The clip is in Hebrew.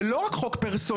זה לא רק חוק פרסונלי,